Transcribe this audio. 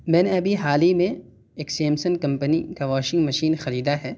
میں نے ابھی حال ہی میں ایک سیمسنگ کمپنی کا واشنگ مشین خریدا ہے